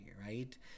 right